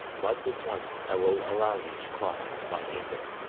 but this once i will allow you to cross into my kingdom,